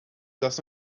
does